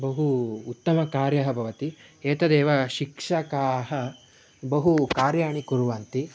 बहु उत्तमकार्यं भवति एतदेव शिक्षकाः बहूनि कार्याणि कुर्वन्ति